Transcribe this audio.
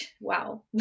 wow